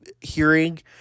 hearing